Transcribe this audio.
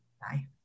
Bye